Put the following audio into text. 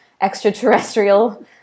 extraterrestrial